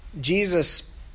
Jesus